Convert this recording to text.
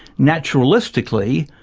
naturalistically,